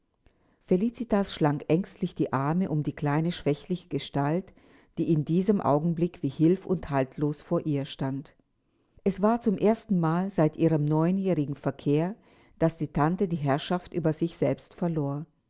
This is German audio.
felicitas schlang ängstlich die arme um die kleine schwächliche gestalt die in diesem augenblick wie hilf und haltlos vor ihr stand es war zum erstenmal seit ihrem neunjährigen verkehr daß die tante die herrschaft über sich selbst verlor